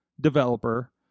developer